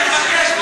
אני מבקש,